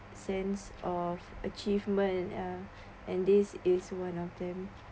sense of achievement uh and this is one of them